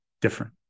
different